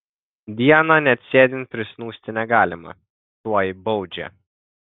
dieną net sėdint prisnūsti negalima tuoj baudžia